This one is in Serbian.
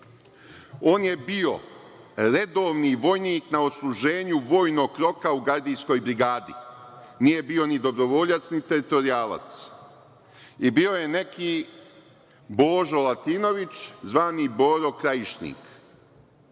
On je bio redovni vojnik na odsluženju vojnog roka u gardijskoj brigadi, nije bio ni dobrovoljac ni teritorijalac. Bio je i neki Božo Latinović, zvani Boro Krajišnik.